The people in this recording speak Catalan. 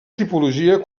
tipologia